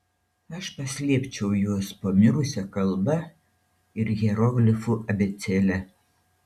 aš paslėpčiau juos po mirusia kalba ir hieroglifų abėcėle